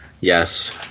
yes